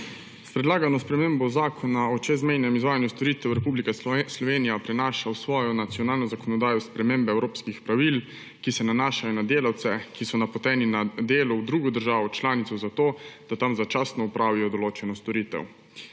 S predlagano spremembo Zakona o čezmejnem izvajanju storitev Republika Slovenija prenaša v svojo nacionalno zakonodajo spremembe evropskih pravil, ki se nanašajo na delavce, ki so napoteni na delo v drugo državo članico, zato da tam začasno opravijo določeno storitev.